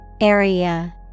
Area